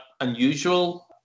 unusual